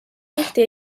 tihti